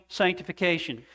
sanctification